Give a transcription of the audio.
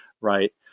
right